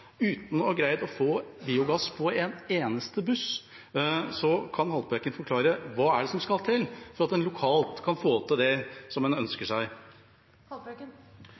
uten å ha greid å få biogass på en eneste buss. Kan Haltbrekken forklare hva som skal til for at en lokalt kan få til det en ønsker